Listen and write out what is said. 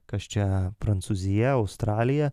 kas čia prancūzija australija